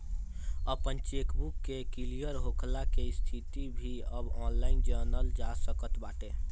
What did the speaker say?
आपन चेकबुक के क्लियर होखला के स्थिति भी अब ऑनलाइन जनल जा सकत बाटे